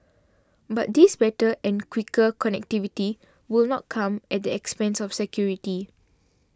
but this better and quicker connectivity will not come at the expense of security